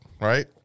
right